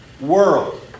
world